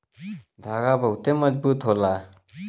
धागा बहुते मजबूत होला